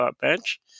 bench